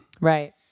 Right